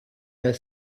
del